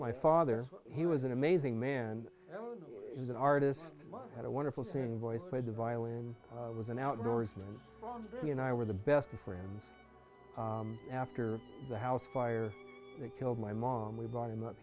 my father he was an amazing man is an artist had a wonderful singing voice played the violin and was an outdoorsman he and i were the best of friends after the house fire that killed my mom we brought him up